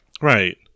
right